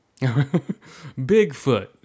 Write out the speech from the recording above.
Bigfoot